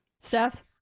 Steph